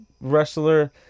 wrestler